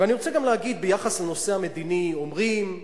אני רוצה גם להגיד ביחס לנושא המדיני, אומרים,